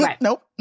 Nope